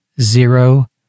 zero